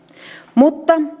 mutta